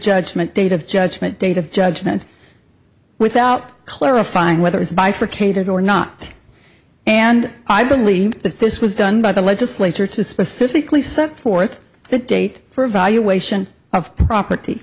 judgment date of judgment date of judgment without clarifying whether it's bifurcated or not and i believe that this was done by the legislature to specifically set forth the date for evaluation of property